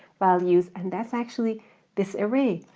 values, and that's actually this array.